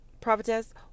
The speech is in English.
prophetess